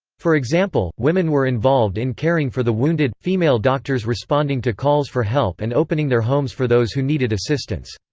for example, women were involved in caring for the wounded, female doctors responding to calls for help and opening their homes for those who needed assistance.